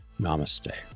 Namaste